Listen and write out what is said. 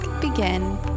begin